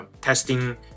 testing